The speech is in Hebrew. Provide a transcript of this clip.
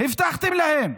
הבטחתם להן.